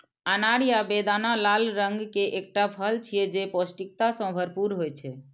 अनार या बेदाना लाल रंग के एकटा फल छियै, जे पौष्टिकता सं भरपूर होइ छै